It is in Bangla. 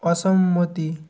অসম্মতি